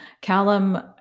Callum